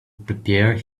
prepare